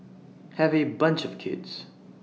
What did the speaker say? have A bunch of kids